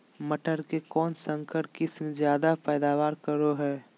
मटर के कौन संकर किस्म जायदा पैदावार करो है?